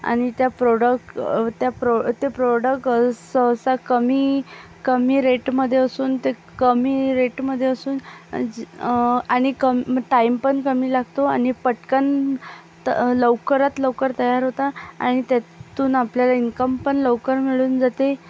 आणि त्या प्रोडक त्या प्रोड ते प्रोडक सहसा कमी कमी रेटमध्ये असून ते कमी रेटमध्ये असून आणि कमी टाइम पण कमी लागतो आणि पटकन त लवकरात लवकर तयार होतात आणि त्यातून आपल्याला इन्कम पण लवकर मिळून जाते